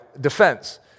defense